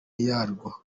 yarwo